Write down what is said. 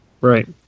Right